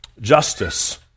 Justice